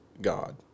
God